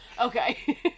Okay